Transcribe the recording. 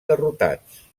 derrotats